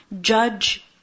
Judge